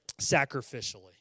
sacrificially